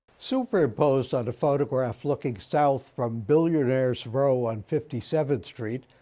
superimposed on a photograph looking south from billionaire's row on fifty seventh street,